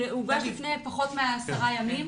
לפני פחות מ-10 ימים.